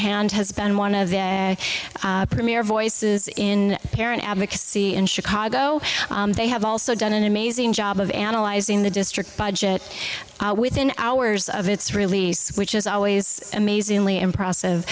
hand has been one of the premier voices in parent advocacy in chicago they have also done an amazing job of analyzing the district budget within hours of its release which is always amazingly in process